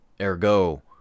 Ergo